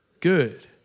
good